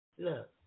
Look